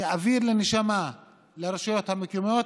זה אוויר לנשימה לרשויות המקומיות,